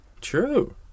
True